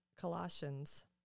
Colossians